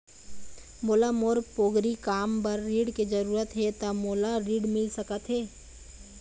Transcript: मोला मोर पोगरी काम बर ऋण के जरूरत हे ता मोला ऋण मिल सकत हे?